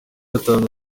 yatanze